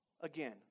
again